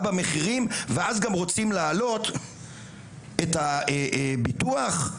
של המחירים רוצים להעלות את מחיר הביטוח?